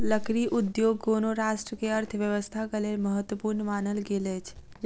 लकड़ी उद्योग कोनो राष्ट्र के अर्थव्यवस्थाक लेल महत्वपूर्ण मानल गेल अछि